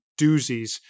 doozies